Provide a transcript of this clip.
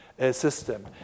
System